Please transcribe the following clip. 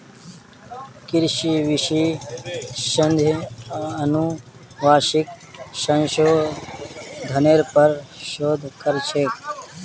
कृषि विशेषज्ञ अनुवांशिक संशोधनेर पर शोध कर छेक